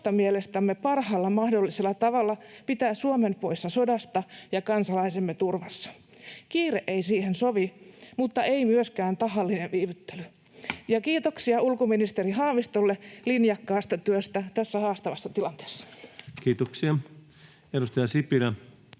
parhaalla mahdollisella tavalla pitää Suomen poissa sodasta ja kansalaisemme turvassa. Kiire ei siihen sovi mutta ei myöskään tahallinen viivyttely. Kiitoksia ulkoministeri Haavistolle linjakkaasta työstä tässä haastavassa tilanteessa. [Speech